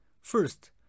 First